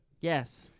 Yes